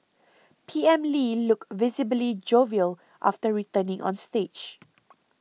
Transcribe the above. P M Lee looked visibly jovial after returning on stage